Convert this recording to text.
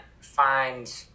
find